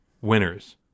Winners